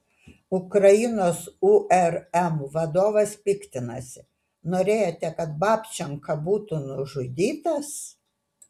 ukrainos urm vadovas piktinasi norėjote kad babčenka būtų nužudytas